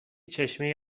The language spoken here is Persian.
چشمه